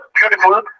beautiful